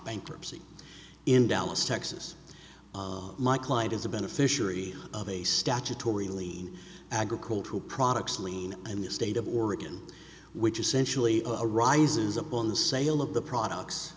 bankruptcy in dallas texas my client is the beneficiary of a statutory lean agricultural products lean and the state of oregon which is essentially a rises up on the sale of the products